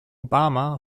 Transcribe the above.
obama